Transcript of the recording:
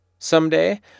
Someday